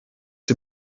die